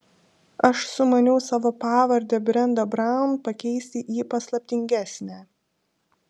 aš sumaniau savo pavardę brenda braun pakeisti į paslaptingesnę